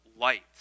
light